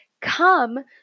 come